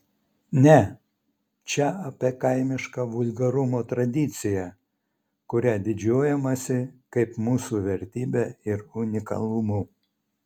ne čia apie kaimišką vulgarumo tradiciją kuria didžiuojamasi kaip mūsų vertybe ir unikalumu